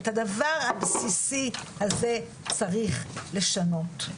את הדבר הבסיסי הזה צריך לשנות.